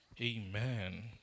Amen